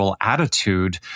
attitude